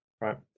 right